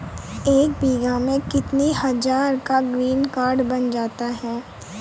एक बीघा में कितनी हज़ार का ग्रीनकार्ड बन जाता है?